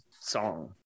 song